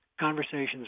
conversations